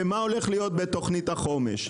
ומה הולך להיות בתקציב החומש.